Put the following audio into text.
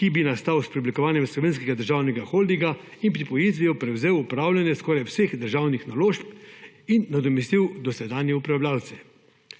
ki bi nastal s preoblikovanjem slovenskega državnega holdinga in pripojitvijo prevzel upravljanje skoraj vseh državnih naložb in nadomestil dosedanje upravljavce.